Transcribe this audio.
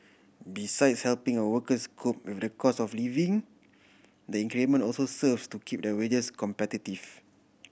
besides helping our workers cope with the cost of living the increment also serves to keep their wages competitive